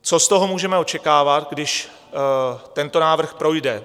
Co z toho můžeme očekávat, když tento návrh projde?